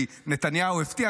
כי נתניהו הבטיח,